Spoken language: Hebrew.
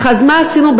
אז מה עשינו?